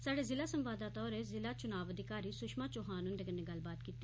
साढ़े जिला संवाददाता होरें जिला चुनां अधिकारी सुषमा चौहान हुंदे कन्नै गल्लबात कीती